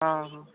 हां हां